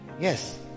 Yes